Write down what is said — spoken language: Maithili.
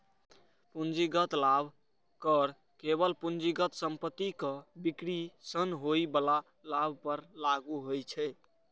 पूंजीगत लाभ कर केवल पूंजीगत संपत्तिक बिक्री सं होइ बला लाभ पर लागू होइ छै